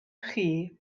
chi